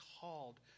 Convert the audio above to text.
called